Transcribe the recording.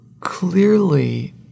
Clearly